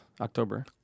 October